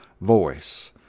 voice